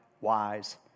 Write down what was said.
wise